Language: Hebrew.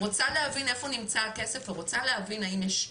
רוצה להבין איפה נמצא הכסף ורוצה להבין האם יש